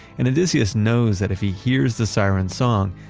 and odysseus knows that if he hears the siren song,